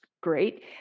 great